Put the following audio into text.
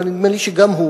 אבל נדמה לי שגם הוא